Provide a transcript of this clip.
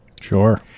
Sure